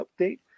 update